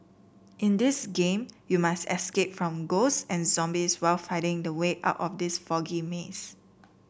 in this game you must escape from ghosts and zombies while finding the way out of this foggy maze